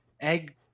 Egg